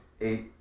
eight